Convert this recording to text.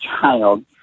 child